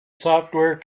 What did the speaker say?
software